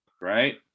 right